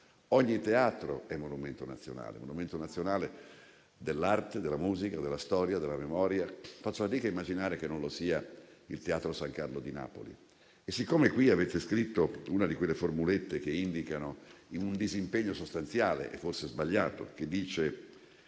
Ogni teatro è monumento nazionale: un monumento nazionale dell'arte, della musica, della storia, della memoria. Faccio fatica a immaginare che non lo sia il Teatro San Carlo di Napoli. Qui avete scritto una di quelle formulette che, in un disimpegno sostanziale e forse sbagliato, recita: